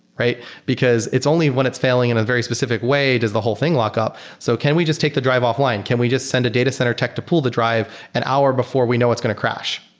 because it's only when it's failing in a very specific way does the whole thing lock up. so can we just take the drive offline? can we just send a data center tech to pull the drive an hour before we know it's going to crash?